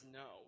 no